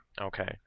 Okay